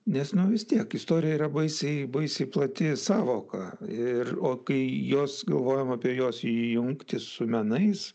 nes nu vis tiek istorija yra baisiai baisiai plati sąvoka ir o kai jos galvojam apie jos jungtį su menais